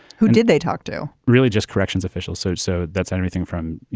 who did they talk to? really just corrections officials. so so that's everything from, you